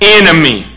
enemy